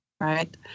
right